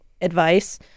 advice